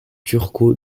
turco